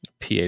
PA